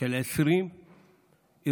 של 20 אירועים